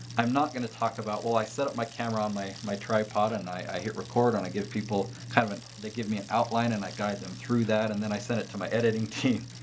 i'm not going to talk about, well, i set up my camera on my my tripod and i hit record on, i give people kind of an. they give me an outline and i guide them through that and then i sent it to my editing team.